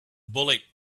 bullet